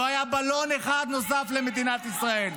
לא היה בלון אחד נוסף למדינת ישראל.